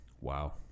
Wow